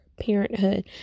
parenthood